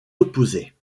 opposer